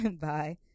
Bye